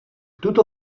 tuto